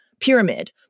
pyramid